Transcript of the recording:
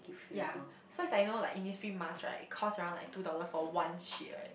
ya so is like you know like Innisfree mask right it costs around like two dollars for one sheet right